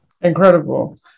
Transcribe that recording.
Incredible